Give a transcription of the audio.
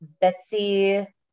Betsy